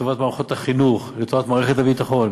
לטובת מערכות החינוך, לטובת מערכת הביטחון.